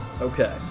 Okay